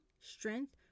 strength